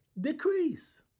decrease